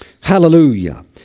Hallelujah